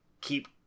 keep